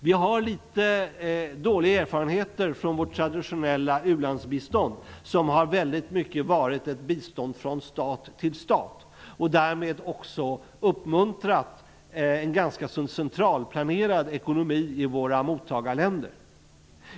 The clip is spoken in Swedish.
Vi har litet dåliga erfarenheter från vårt traditionella u-landsbistånd, som i väldigt stor utsträckning varit ett bistånd från stat till stat och därmed också uppmuntrat en ganska centralplanerad ekonomi i våra mottagarländer.